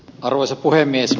arvoisa puhemies